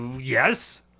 yes